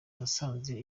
nasanze